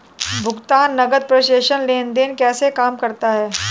भुगतान नकद प्रेषण लेनदेन कैसे काम करता है?